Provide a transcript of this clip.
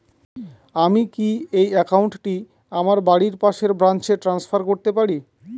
আমি কি এই একাউন্ট টি আমার বাড়ির পাশের ব্রাঞ্চে ট্রান্সফার করতে পারি?